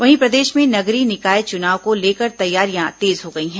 वहीं प्रदेश में नगरीय निकाय चुनाव को लेकर तैयारियां तेज हो गई हैं